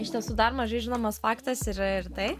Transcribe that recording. iš tiesų dar mažai žinomas faktas yra ir tai